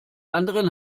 anderen